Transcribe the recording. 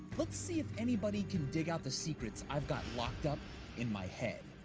let's see if anybody can dig out the secrets i've got locked up in my head.